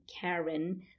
Karen